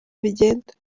bigenda